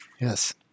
Yes